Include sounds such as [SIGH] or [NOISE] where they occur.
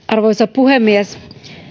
[UNINTELLIGIBLE] arvoisa puhemies